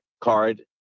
card